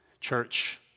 Church